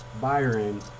byron